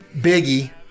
Biggie